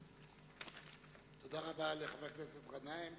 מטבע הדברים,